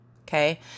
okay